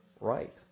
right